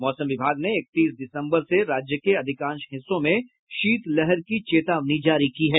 मौसम विभाग ने इकतीस दिसम्बर से राज्य के अधिकांश हिस्सों में शीतलहर की चेतावनी जारी की है